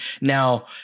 Now